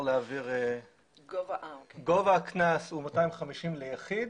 גובה הקנס הוא 250 ליחיד